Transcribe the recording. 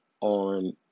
on